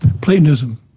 Platonism